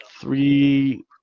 three